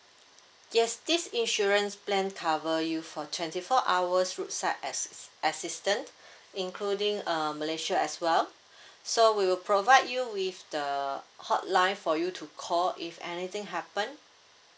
yes this insurance plan cover you for twenty four hours roadside assis~ assistance including um malaysia as well so we will provide you with the hotline for you to call if anything happen